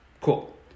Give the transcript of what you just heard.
Cool